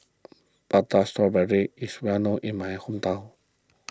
Prata Strawberry is well known in my hometown